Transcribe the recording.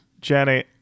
Jenny